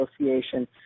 Association